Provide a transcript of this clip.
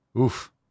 Oof